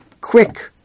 quick